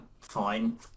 fine